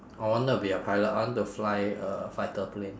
I wanted to be a pilot I want to fly a fighter plane